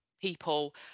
people